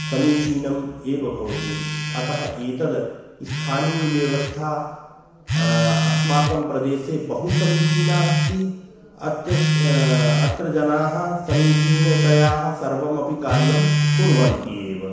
समीचीनम् एव भवति अतः एतत् स्थानीयव्यवस्था अस्माकं प्रदेशे बहु समीचीना अस्ति अस्ति अत्र जनाः समीचीनतया सर्वमपि कार्यं कुर्वन्ति एव